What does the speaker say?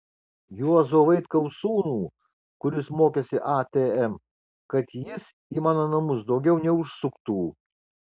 juozo vitkaus sūnų kuris mokėsi atm kad jis į mano namus daugiau neužsuktų